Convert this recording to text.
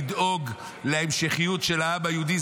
לדאוג להמשכיות של העם היהודי,